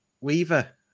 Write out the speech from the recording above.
Weaver